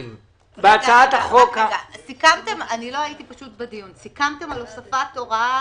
לא הייתי בדיון - סיכמתם על הוספת הוראה